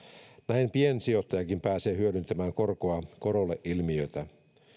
näin piensijoittajakin pääsee hyödyntämään korkoa korolle ilmiötä